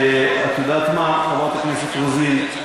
את יודעת מה, חברת הכנסת רוזין?